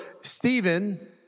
Stephen